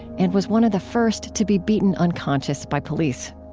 and was one of the first to be beaten unconscious by police.